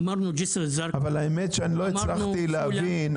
אמרנו ג'סר א-זרקא --- האמת היא שאני לא הצלחתי להבין,